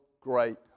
great